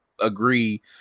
agree